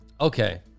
Okay